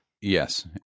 Yes